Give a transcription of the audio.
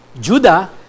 Judah